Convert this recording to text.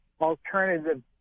alternative